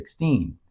16